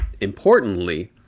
importantly